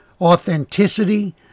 authenticity